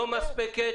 לא מספקת,